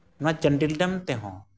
ᱚᱱᱟ ᱪᱟᱱᱰᱤᱞ ᱰᱮᱢ ᱛᱮᱦᱚᱸ